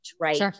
right